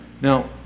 Now